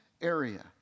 area